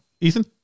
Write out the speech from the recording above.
Ethan